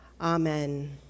Amen